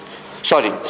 Sorry